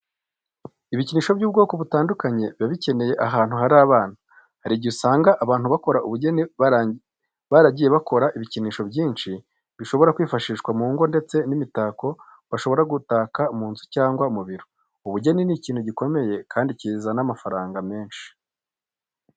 Ibikinisho by'ubwoko butandukanye biba bikenewe ahantu hari abana. Hari igihe usanga abantu bakora ubugeni baragiye bakora ibikinisho byinshi bishobora kwifashishwa mu ngo ndetse n'imitako bashobora gutaka mu nzu cyangwa mu biro. Ubugeni ni ikintu gikomeye kandi cyizana amafaranga menshi.